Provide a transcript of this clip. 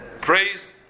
praised